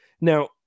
now